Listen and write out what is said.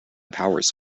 powers